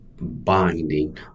binding